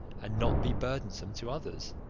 and not be burdensome to others?